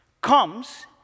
comes